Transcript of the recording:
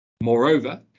Moreover